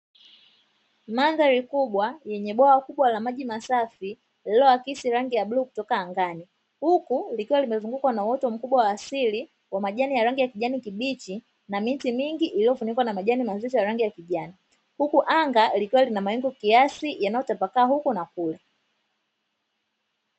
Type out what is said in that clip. Mandhari kubwa yenye bwawa kubwa la maji masafi yaliyoakisi rangi ya bluu kutoka angani huku likiwa limezungukwa na uoto mkubwa wa asili wa majani ya rangi ya kijani kibichi na miti mingi iliyofunikwa na majani mazito ya rangi ya kijani, huku anga likiwa lina mawingu kiasi yaliyotapakaa huku na kule.